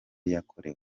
yakorewe